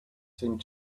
seemed